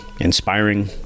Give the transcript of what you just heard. inspiring